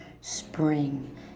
spring